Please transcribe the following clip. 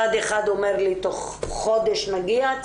צד אחד אומר לי תוך חודש נגיע,